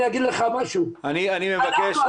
אני אגיד לך משהו --- אני מבקש,